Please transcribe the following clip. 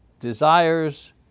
desires